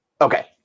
Okay